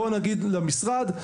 בוא נגיד למשרד,